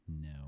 No